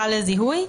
קל לזיהוי.